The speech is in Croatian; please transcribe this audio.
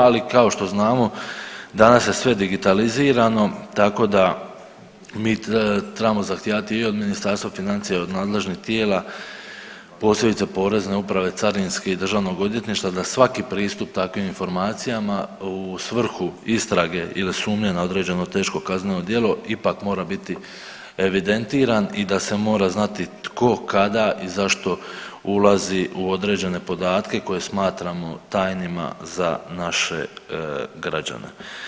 Ali kao što znamo danas je sve digitalizirano, tako da mi trebamo zahtijevati i od Ministarstva financija i od nadležnih tijela posebice Porezne uprave, Carinske i Državnog odvjetništva da svaki pristup takvim informacijama u svrhu istrage ili sumnje na određeno teško kazneno djelo ipak mora biti evidentiran i da se mora znati tko, kada i zašto ulazi u određene podatke koje smatramo tajnima za naše građane.